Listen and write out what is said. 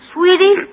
Sweetie